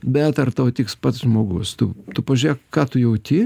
bet ar tau tiks pats žmogus tu tu pažiūrėk ką tu jauti